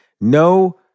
No